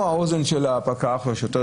או בעזרת האוזן של הפקח או השוטר,